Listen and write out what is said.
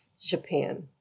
Japan